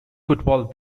football